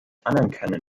anerkennen